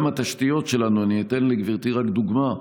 גם התשתיות שלנו, אני אתן לגברתי רק דוגמה: